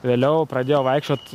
vėliau pradėjo vaikščiot